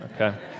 okay